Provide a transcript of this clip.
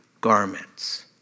garments